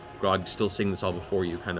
grog's still seeing this all before you,